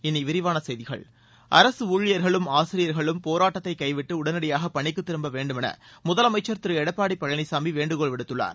இனி விரிவான செய்திகள் அரசு ஊழியர்களும் ஆசிரியர்களும் போராட்டத்தை கைவிட்டு உடனடியாக பணிக்குத் திரும்ப வேண்டும் என முதலமைச்சர் திரு எடப்பாடி பழனிசாமி வேண்டுகோள் விடுத்துள்ளார்